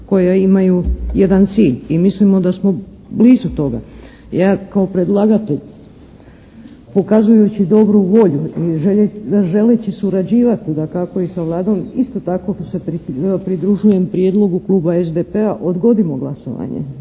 koja imaju jedan cilj i mislimo da smo blizu toga. Ja kao predlagatelj pokazujući dobru volju zaželeći surađivati dakako i sa Vladom isto tako se pridružujem prijedlogu kluba SDP-a odgodimo glasovanje